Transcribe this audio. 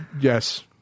Yes